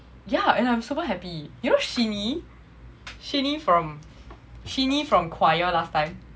yeah and I'm super happy you know shin yee shin yee from shin yee from choir last time